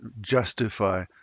justify